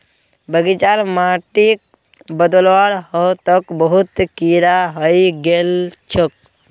बगीचार माटिक बदलवा ह तोक बहुत कीरा हइ गेल छोक